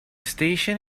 station